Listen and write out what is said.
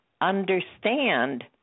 understand